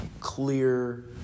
clear